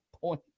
point